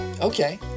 Okay